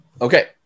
Okay